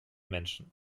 menschen